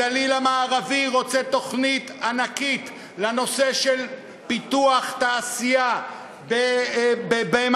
הגליל המערבי רוצה תוכנית ענקית לנושא של פיתוח תעשייה במעלות,